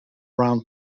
round